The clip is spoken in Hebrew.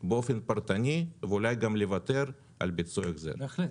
באופן פרטני ואולי גם לוותר על ביצוע ההחזר.